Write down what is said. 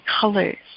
colors